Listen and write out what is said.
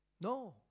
No